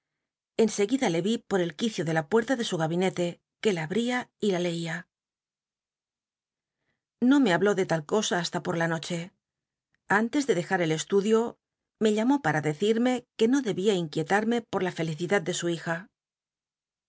en seguida l e vi por el quicio de la puerta de su gabinete que la abría y la leía no me habló de ull cosa hatila jlo l la noche antes de deja el estudio me llamó para decirme que no debía inquielal'lnc por la felicidad de su hija